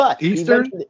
Eastern